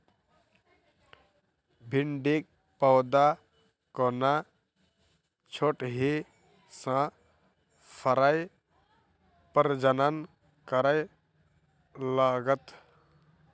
भिंडीक पौधा कोना छोटहि सँ फरय प्रजनन करै लागत?